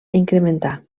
incrementar